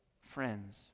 friends